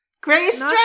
Grace